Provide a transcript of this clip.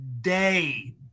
day